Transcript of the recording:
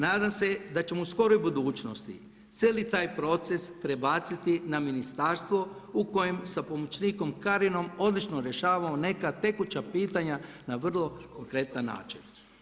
Nadam se da ćemo u skoroj budućnosti cijeli taj proces prebaciti na ministarstvo u kojem sa pomoćnikom Karinom odlično rješavamo neka tekuća pitanja na vrlo konkretan način.